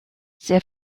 sehr